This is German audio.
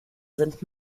sind